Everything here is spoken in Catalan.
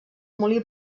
molí